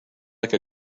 like